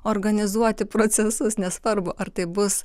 organizuoti procesus nesvarbu ar tai bus